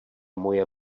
moje